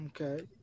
okay